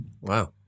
Wow